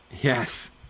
Yes